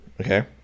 Okay